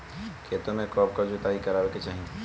खेतो में कब कब जुताई करावे के चाहि?